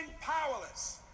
powerless